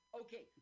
Okay